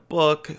book